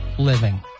living